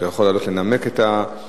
אתה יכול לעלות לנמק את ההסתייגות